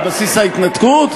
על בסיס ההתנתקות,